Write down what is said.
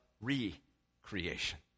re-creation